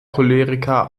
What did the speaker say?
choleriker